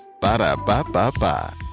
Ba-da-ba-ba-ba